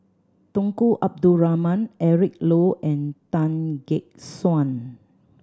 Tunku Abdul Rahman Eric Low and Tan Gek Suan